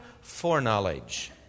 foreknowledge